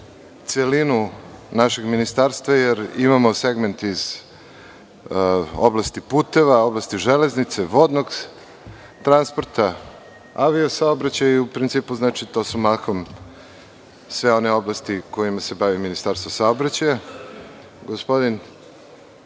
celinu našeg ministarstva, jer imamo segment iz oblasti puteva, oblasti železnice, vodnog transporta, avio saobraćaja i u principu su to sve one oblasti kojima se bavi Ministarstvo saobraćaja. Gospodin